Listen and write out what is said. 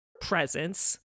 presence